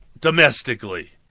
domestically